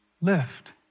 Lift